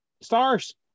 Stars